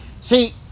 See